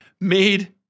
made